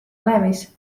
alevis